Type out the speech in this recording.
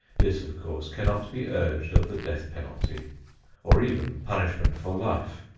this, of course, cannot be urged of the death penalty or even punishment for life,